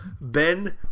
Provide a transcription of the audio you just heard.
Ben